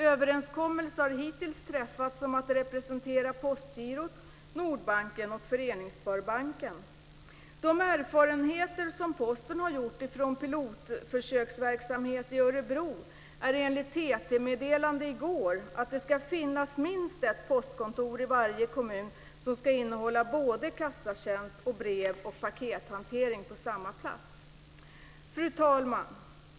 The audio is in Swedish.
Överenskommelse har hittills träffats om att representera Postgirot, Nordbanken och Föreningssparbanken. De erfarenheter som Posten har gjort från pilotförsöksverksamhet i Örebro är enligt ett TT-meddelande i går att det ska finnas minst ett postkontor i varje kommun som ska innehålla både kassatjänst och brev och pakethantering på samma plats. Fru talman!